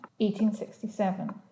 1867